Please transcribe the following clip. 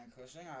Cushing